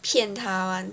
骗她 [one]